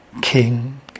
king